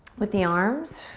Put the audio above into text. with the arms,